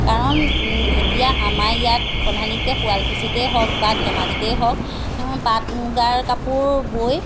কাৰণ এতিয়া আমাৰ ইয়াত প্ৰধানিকৈ শুৱালকুছিতেই হওক বা ধেমাজিতেই হওক পাত মুগাৰ কাপোৰ বৈ